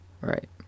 Right